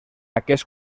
aquest